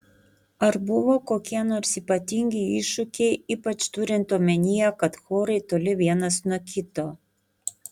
ar buvo kokie nors ypatingi iššūkiai ypač turint omenyje kad chorai toli vienas nuo kito